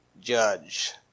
Judge